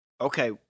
Okay